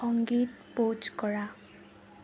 সংগীত প'জ কৰা